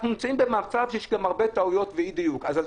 אנחנו נמצאים במצב שיש גם הרבה טעויות ואי-דיוקים אז על